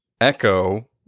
Echo